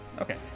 Okay